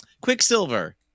Quicksilver